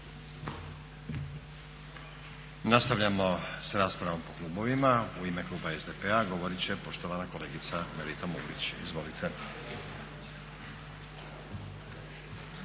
Nastavljamo s raspravom po klubovima. U ime kluba SDP-a govorit će poštovana kolegica Melita Mulić. Izvolite.